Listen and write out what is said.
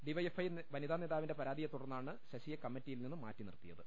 DYFI വനിതാ നേതാവിന്റെ പരാതിയെ തുടർന്നാണ് ശശിയെ കമ്മറ്റിയിൽ നിന്ന് മാറ്റിനിർത്തിയത്